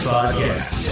Podcast